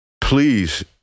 please